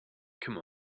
come